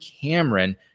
Cameron